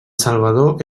salvador